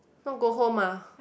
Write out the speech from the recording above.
not go home ah